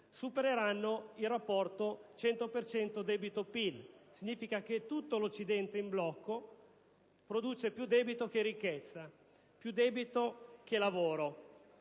supereranno il rapporto del 100 per cento debito-PIL. Significa che tutto l'Occidente in blocco produce più debito che ricchezza, più debito che lavoro: